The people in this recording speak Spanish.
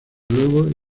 luego